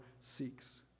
seeks